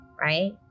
right